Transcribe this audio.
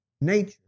nature